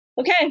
okay